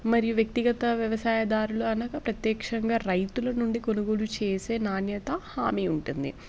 మరియు వ్యక్తిగత వ్యవసాయదారులు అనగా ప్రత్యక్షంగా రైతుల నుండి కొనుగోలు చేసే నాణ్యత హామీ ఉంటుంది